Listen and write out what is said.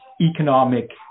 economic